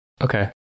okay